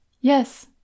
yes